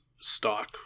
stock